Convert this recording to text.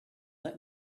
let